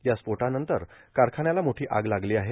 या स्फोटानंतर कारखान्याला मोठी आग लागली आहे